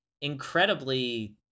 incredibly